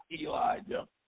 Elijah